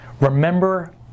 remember